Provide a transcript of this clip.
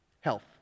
Health